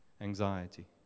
anxiety